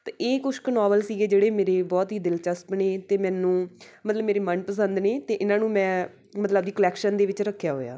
ਅਤੇ ਇਹ ਕੁਛ ਕੁ ਨੋਵਲ ਸੀਗੇ ਜਿਹੜੇ ਮੇਰੇ ਬਹੁਤ ਹੀ ਦਿਲਚਸਪ ਨੇ ਤੇ ਮੈਨੂੰ ਮਤਲਬ ਮੇਰੇ ਮਨਪਸੰਦ ਨੇ ਅਤੇ ਇਹਨਾਂ ਨੂੰ ਮੈਂ ਮਤਲਬ ਆਪਣੀ ਕਲੈਕਸ਼ਨ ਦੇ ਵਿੱਚ ਰੱਖਿਆ ਹੋਇਆ